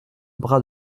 bras